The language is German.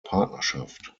partnerschaft